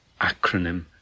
acronym